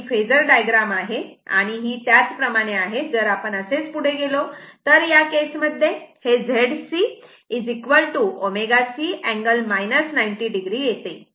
तर ही phasor diagram आहे आणि ही त्याचप्रमाणे आहे जर आपण असेच पुढे गेलो तर या केस मध्ये हे Z C ω C angle 90o आहे